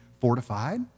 fortified